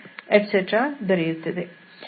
3x7 ದೊರೆಯುತ್ತದೆ